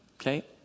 okay